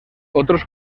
otros